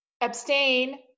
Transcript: abstain